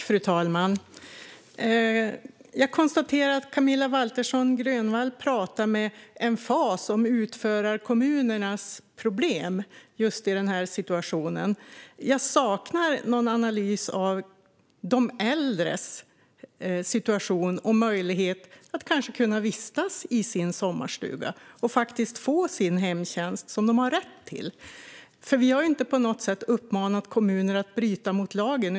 Fru talman! Jag konstaterar att Camilla Waltersson Grönvall talar med emfas om utförarkommunernas problem just i den här situationen. Jag saknar en analys av de äldres situation och möjlighet att kanske kunna vistas i sin sommarstuga och få sin hemtjänst som de har rätt till. Vi har inte på något sätt uppmanat kommuner att bryta mot lagen.